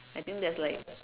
I think there's like